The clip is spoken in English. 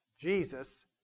Jesus